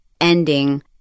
ending